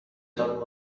کتاب